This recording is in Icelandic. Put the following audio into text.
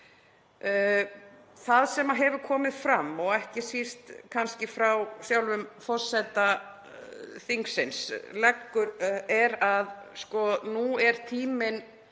Það sem hefur komið fram, og ekki síst frá sjálfum forseta þingsins, er að nú er tíminn